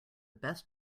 best